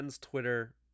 Twitter